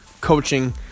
coaching